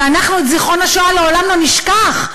אנחנו את השואה לעולם לא נשכח,